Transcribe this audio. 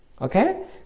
Okay